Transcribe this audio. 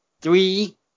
three